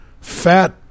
fat